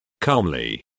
calmly